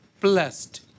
blessed